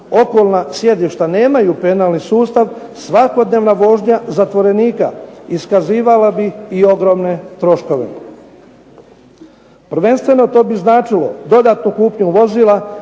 okolna sjedišta nemaju penalni sustav svakodnevna vožnja zatvorenika iskazivala bi i ogromne troškove. Prvenstveno to bi značilo dodatnu kupnju vozila